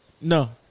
No